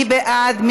מי בעד?